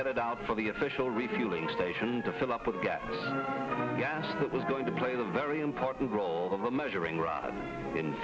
headed out for the official refueling station to fill up with gas that was going to play the very important role of a measuring